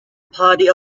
party